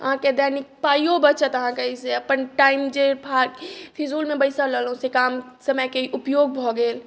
अहाँके दैनिक पाइयो बचत एहिसे अपन टाइम जे फिजूल मे बैसल रहलहुॅं से काम समय के ऊपयोग भऽ गेल